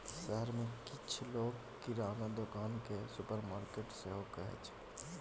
शहर मे किछ लोक किराना दोकान केँ सुपरमार्केट सेहो कहै छै